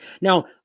Now